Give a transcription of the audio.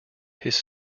his